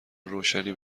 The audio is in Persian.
روشنی